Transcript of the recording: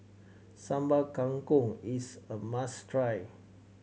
Sambal Kangkong is a must try